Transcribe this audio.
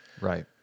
Right